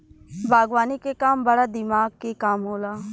बागवानी के काम बड़ा दिमाग के काम होला